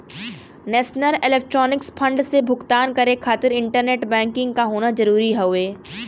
national electronics fund से भुगतान करे खातिर इंटरनेट बैंकिंग क होना जरुरी हउवे